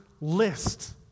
list